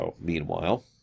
meanwhile